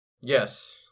Yes